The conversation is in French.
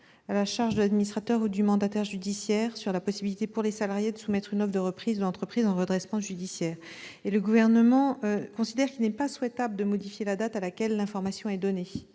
à la charge de l'administrateur ou du mandataire judiciaire sur la possibilité pour les salariés de soumettre une offre de reprise de l'entreprise en redressement judiciaire. Le Gouvernement considère par ailleurs qu'il n'est pas souhaitable de modifier la date à laquelle l'information est donnée.